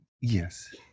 Yes